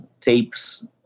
tapes